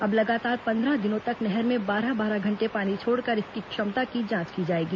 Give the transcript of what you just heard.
अब लगातार पंद्रह दिनों तक नहर में बारह बारह घण्टे पानी छोड़कर इसकी क्षमता की जांच की जाएगी